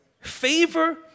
Favor